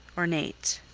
ornate